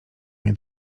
mnie